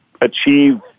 achieve